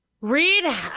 Read